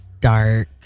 dark